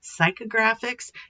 psychographics